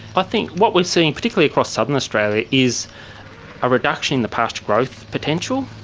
i think what we're seeing, particularly across southern australia, is a reduction in the pasture growth potential,